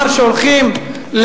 אמר שהולכים,